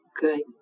good